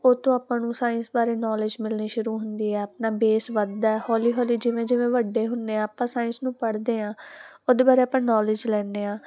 ਉਥੋਂ ਆਪਾਂ ਨੂੰ ਸਾਇੰਸ ਬਾਰੇ ਨੌਲੇਜ ਮਿਲਣੀ ਸ਼ੁਰੂ ਹੁੰਦੀ ਹੈ ਆਪਣਾ ਬੇਸ ਵੱਧਦਾ ਹੌਲੀ ਹੌਲੀ ਜਿਵੇਂ ਜਿਵੇਂ ਵੱਡੇ ਹੁੰਦੇ ਆ ਆਪਾਂ ਸਾਇੰਸ ਨੂੰ ਪੜਦੇ ਆ ਉਹਦੇ ਬਾਰੇ ਆਪਾਂ ਨੋਲਿਜ ਲੈਨੇ ਆ